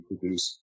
produce